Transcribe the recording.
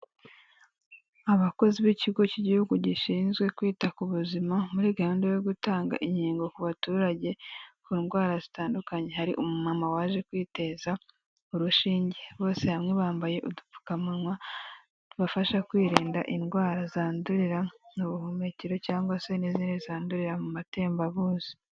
Abakozi b'ikigo cy'igihugu gishinzwe kwita ku buzima muri gahunda yo gutanga inkingo ku baturage ku ndwara zitandukanye, hari umumama waje kwiteza urushinge bose hamwe bambaye udupfukamunwa tubafasha kwirinda indwara zandurira n'ubuhumekero cyangwa se n'izindi zandurira mu matembabuzi.